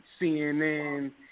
CNN